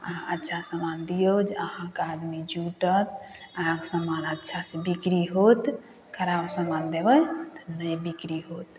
अहाँ अच्छा समान दिऔ जे अहाँके आदमी जुटत अहाँके समान अच्छा से बिक्री होत खराब समान देबै तऽ नहि बिक्री होत